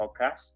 podcast